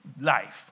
life